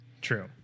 True